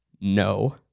no